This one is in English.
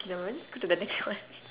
okay nevermind just go to the next one